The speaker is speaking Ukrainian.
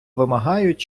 вимагають